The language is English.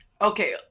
Okay